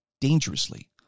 dangerously